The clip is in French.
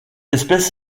espèce